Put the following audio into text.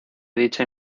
dicha